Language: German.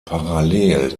parallel